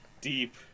Deep